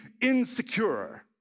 insecure